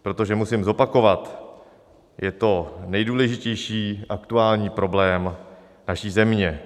Protože musím zopakovat, je to nejdůležitější aktuální problém naší země.